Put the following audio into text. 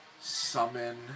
summon